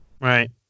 right